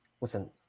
Listen